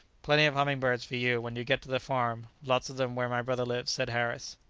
plenty of humming-birds for you, when you get to the farm lots of them where my brother lives, said harris.